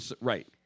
right